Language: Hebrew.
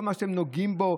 כל מה שאתם נוגעים בו,